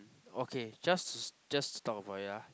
okay just to just to talk about it ah